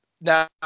Now